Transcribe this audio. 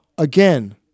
Again